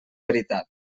veritat